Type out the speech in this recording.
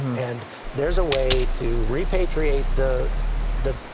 and there is a way to repateuate the the